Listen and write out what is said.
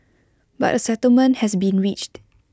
but A settlement has been reached